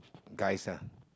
guys ah